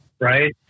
right